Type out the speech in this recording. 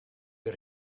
der